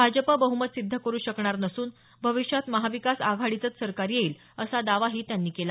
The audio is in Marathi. भाजप बह्मत सिद्ध करु शकणार नसून भविष्यात महाविकास आघाडीचंच सरकार येईल असा दावाही त्यांनी केला